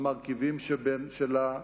המרכיבים שלה,